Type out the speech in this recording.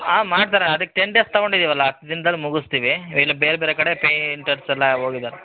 ಹಾಂ ಮಾಡ್ತರೆ ಅದಕ್ಕೆ ಟೆನ್ ಡೇಸ್ ತಗೊಂಡಿದ್ದೀವಲ್ಲ ಹತ್ತು ದಿನ್ದಲ್ಲಿ ಮುಗುಸ್ತೀವಿ ಇಲ್ಲಿ ಬೇರೆ ಬೇರೆ ಕಡೆ ಪೇಂಟ್ ಹಚ್ಚಲ ಹೋಗಿದಾರೆ